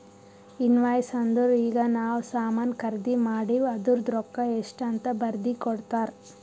invoice ಅಂದುರ್ ಈಗ ನಾವ್ ಸಾಮಾನ್ ಖರ್ದಿ ಮಾಡಿವ್ ಅದೂರ್ದು ರೊಕ್ಕಾ ಎಷ್ಟ ಅಂತ್ ಬರ್ದಿ ಕೊಡ್ತಾರ್